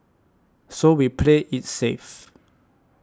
so we played its safe